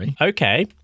Okay